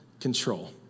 control